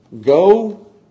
go